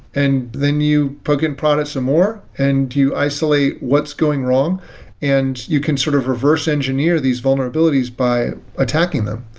and then you poke and prod it some more and you isolate what's going wrong and you can sort of reverse engineer these vulnerabilities by attacking them.